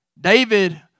David